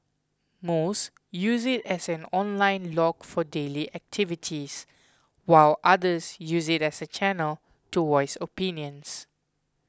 most use it as an online log for daily activities while others use it as a channel to voice opinions